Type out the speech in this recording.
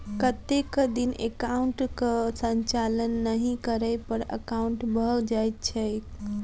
कतेक दिन एकाउंटक संचालन नहि करै पर एकाउन्ट बन्द भऽ जाइत छैक?